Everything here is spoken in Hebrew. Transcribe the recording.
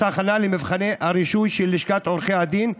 הכנה למבחני הרישוי של לשכת עורכי הדין,